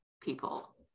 people